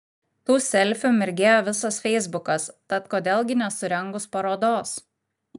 tų selfių mirgėjo visas feisbukas tad kodėl gi nesurengus parodos